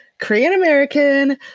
Korean-American